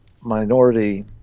Minority